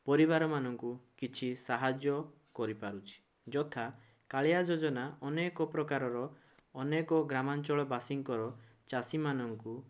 ପରିବାରମାନଙ୍କୁ କିଛି ସାହାଯ୍ୟ କରିପାରୁଛି ଯଥା କାଳିଆ ଯୋଜନା ଅନେକପ୍ରକାରର ଅନେକ ଗ୍ରାମାଞ୍ଚଳବାସୀଙ୍କର ଚାଷୀମାନଙ୍କୁ